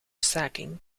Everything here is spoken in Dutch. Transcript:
staking